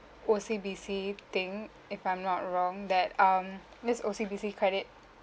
O_C_B_C thing if I'm not wrong that um this O_C_B_C credit